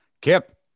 kip